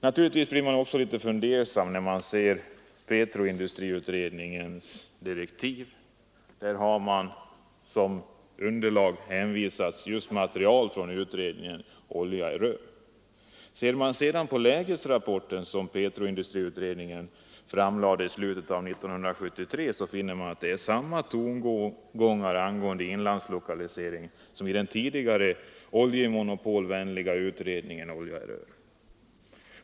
Naturligtvis blir man också litet fundersam när man ser petroindustriutredningens direktiv, där det som underlag hänvisas till material från betänkandet Olja i rör. När man sedan ser på lägesrapporten som petroindustriutredningen framlade i slutet av 1973 finner man samma tongångar angående inlandslokalisering som i den tidigare, oljemonopolvänliga utredningen Olja i rör.